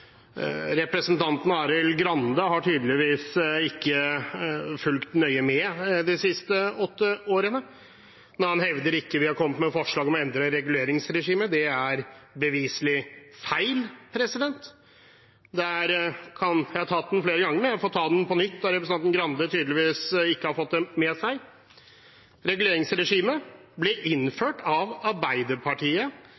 Representanten Arild Grande har tydeligvis ikke fulgt nøye med de siste åtte årene, når han hevder at vi ikke har kommet med forslag om å endre reguleringsregimet. Det er beviselig feil. Jeg har tatt den historien flere ganger, men jeg får ta den på nytt, da representanten Grande tydeligvis ikke har fått den med seg: Reguleringsregimet ble